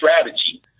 strategy